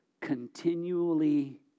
Continually